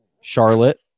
Charlotte